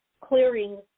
clearing